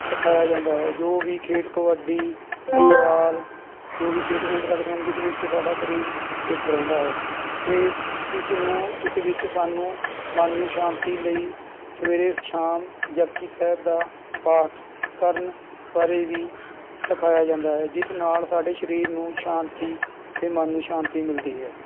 ਸਿਖਾਇਆ ਜਾਂਦਾ ਹੈ ਜੋ ਵੀ ਖੇਡ ਕਬੱਡੀ ਫੁੱਟਬਾਲ ਜੋ ਵੀ ਖੇਡ ਖੇਡ ਸਕਦੇ ਹਨ ਜਿਸ ਵਿੱਚ ਸਾਡਾ ਸਰੀਰ ਫਿੱਟ ਰਹਿੰਦਾ ਹੈ ਅਤੇ ਇਸ ਇਸ ਨੂੰ ਇਸ ਵਿੱਚ ਸਾਨੂੰ ਮਨ ਨੂੰ ਸ਼ਾਂਤੀ ਲਈ ਸਵੇਰੇ ਸ਼ਾਮ ਜਪੁਜੀ ਸਾਹਿਬ ਦਾ ਪਾਠ ਕਰਨ ਬਾਰੇ ਵੀ ਸਿਖਾਇਆ ਜਾਂਦਾ ਹੈ ਜਿਸ ਨਾਲ਼ ਸਾਡੇ ਸਰੀਰ ਨੂੰ ਸ਼ਾਂਤੀ ਅਤੇ ਮਨ ਨੂੰ ਸ਼ਾਂਤੀ ਮਿਲਦੀ ਹੈ